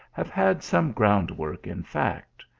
have had some groundwork in fact.